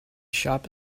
shop